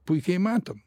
puikiai matom